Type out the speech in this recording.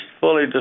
fully